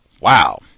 wow